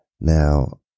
Now